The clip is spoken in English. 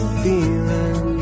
feeling